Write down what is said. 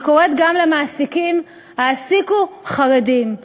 אני קוראת גם למעסיקים: העסיקו חרדים,